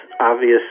obvious